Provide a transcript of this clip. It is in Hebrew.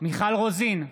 מיכל רוזין,